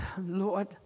Lord